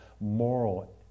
moral